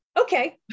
Okay